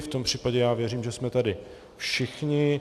V tom případě věřím, že jsme tady všichni.